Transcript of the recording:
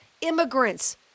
immigrants